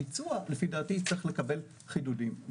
הביצוע לדעתי צריך לקבל חידודים.